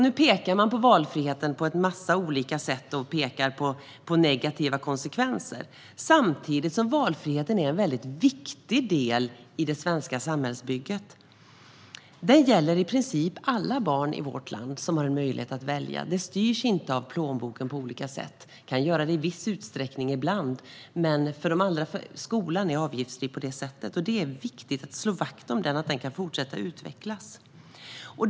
Nu pekar man på valfriheten på en massa olika sätt och pekar på negativa konsekvenser. Samtidigt är valfriheten en viktig del i det svenska samhällsbygget. Den gäller i princip alla barn i vårt land. De har möjlighet att välja. Det styrs inte av plånboken. Det kan göra det i viss utsträckning ibland. Men skolan är avgiftsfri. Det är viktigt att slå vakt om detta och att den kan fortsätta att utvecklas.